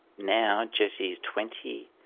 now jessie is twenty,